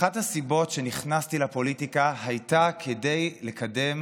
אחת הסיבות שנכנסתי לפוליטיקה הייתה כדי לקדם